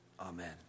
Amen